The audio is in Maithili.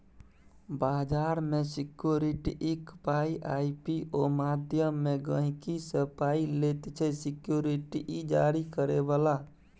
बजार मे सिक्युरिटीक पाइ आइ.पी.ओ माध्यमे गहिंकी सँ पाइ लैत छै सिक्युरिटी जारी करय बला